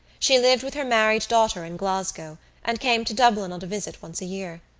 she lived with her married daughter in glasgow and came to dublin on a visit once a year.